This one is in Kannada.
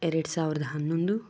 ಎರಡು ಸಾವಿರದ ಹನ್ನೊಂದು